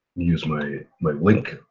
use my my link